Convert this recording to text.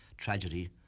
Tragedy